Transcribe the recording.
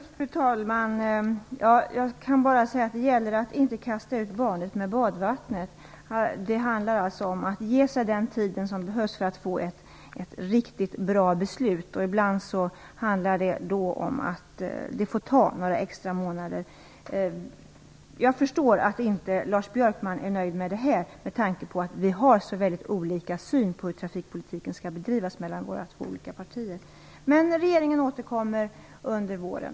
Fru talman! Jag kan bara säga att det gäller att inte kasta ut barnet med badvattnet. Det handlar alltså om att ge sig den tid som behövs för att få ett riktigt bra beslut. Ibland handlar det om att låta det ta några extra månader. Jag förstår att Lars Björkman inte är nöjd med tanke på att vi har så väldigt olika syn i våra respektive partier på hur trafikpolitiken skall bedrivas. Regeringen återkommer under våren.